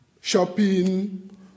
shopping